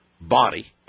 body